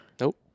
Nope